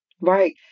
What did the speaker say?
Right